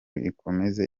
ikomeza